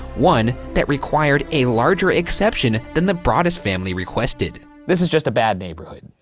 one that required a larger exception than the broaddus family requested. this is just a bad neighborhood.